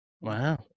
Wow